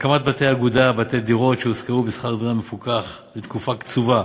הקמת בתי אגודה ובתי דירות שיושכרו בשכר דירה מפוקח לתקופה קצובה,